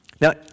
Now